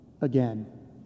again